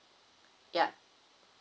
ya